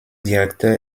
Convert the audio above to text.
directeur